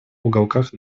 уголках